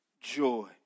joy